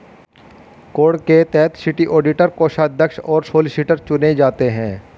code के तहत city auditor, कोषाध्यक्ष और सॉलिसिटर चुने जाते हैं